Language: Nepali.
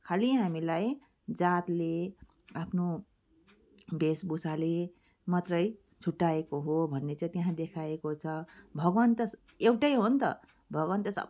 खालि हामीलाई जातले आफ्नो वेशभूषाले मात्रै छुट्ट्याएको हो भन्ने चाहिँ त्याहाँ देखाएको छ भगवान त एउटै हो नि त भगवान त सब